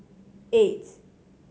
eight